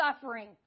suffering